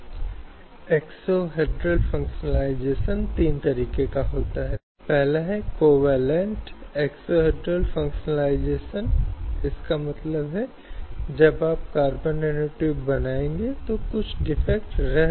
अब इस श्रम कानून में कई हैं बस कुछ का उल्लेख करने के लिए हमारे पास औद्योगिक प्रेषण अधिनियम 1947 समान पारिश्रमिक अधिनियम 1976 मातृत्व लाभ अधिनियम 1961 कारखाने 1948 अधिनियम असंगठित श्रमिक सामाजिक सुरक्षा अधिनियम 2008 इत्यादि हैं